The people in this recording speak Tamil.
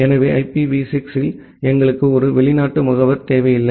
எனவே ஐபிவி 6 இல் எங்களுக்கு ஒரு வெளிநாட்டு முகவர் தேவையில்லை